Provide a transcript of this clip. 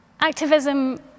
Activism